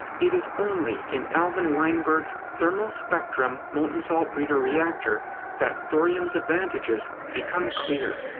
it is only in alvin weinberg's thermal-spectrum molten-salt breeder reactor that thorium's advantages become clear.